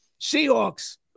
Seahawks